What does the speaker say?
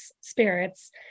spirits